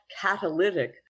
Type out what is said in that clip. catalytic